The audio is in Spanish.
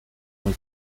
muy